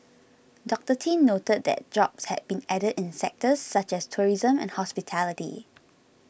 Doctor Tin noted that jobs had been added in sectors such as tourism and hospitality